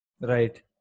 Right